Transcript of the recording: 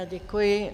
Děkuji.